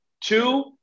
Two